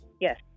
Yes